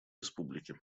республики